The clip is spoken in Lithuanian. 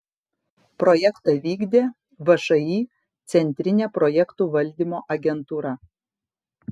projektą vykdė všį centrinė projektų valdymo agentūra